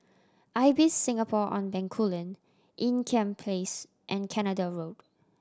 Ibis Singapore On Bencoolen Ean Kiam Place and Canada Road